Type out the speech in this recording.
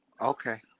Okay